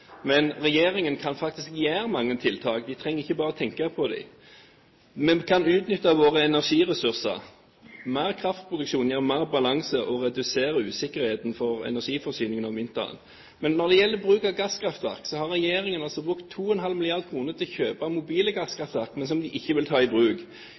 men regjeringen kan faktisk sette inn mange tiltak. De trenger ikke bare å tenke på dem. Vi kan utnytte våre energiressurser. Mer kraftproduksjon gir bedre balanse og reduserer usikkerheten for energiforsyningen om vinteren. Når det gjelder bruk av gasskraftverk, har regjeringen altså brukt 2,5 mrd. kr til å kjøpe mobile gasskraftverk som den ikke vil ta i bruk.